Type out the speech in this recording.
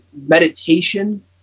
meditation